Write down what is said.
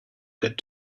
get